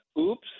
oops